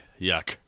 yuck